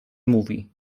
mówi